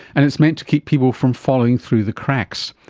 and it's meant to keep people from falling through the cracks.